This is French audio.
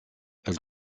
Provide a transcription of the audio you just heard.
elle